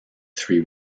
three